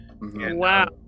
Wow